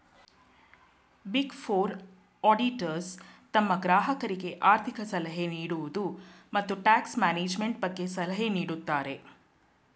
big four auditors ತಮ್ಮ ಗ್ರಾಹಕರಿಗೆ ಆರ್ಥಿಕ ಸಲಹೆ ನೀಡುವುದು, ಮತ್ತು ಟ್ಯಾಕ್ಸ್ ಮ್ಯಾನೇಜ್ಮೆಂಟ್ ಬಗ್ಗೆ ಸಲಹೆ ನೀಡುತ್ತಾರೆ